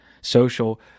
social